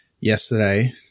yesterday